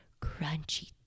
crunchy